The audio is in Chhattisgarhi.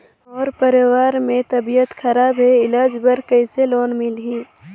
मोर परवार मे तबियत खराब हे इलाज बर कइसे लोन मिलही?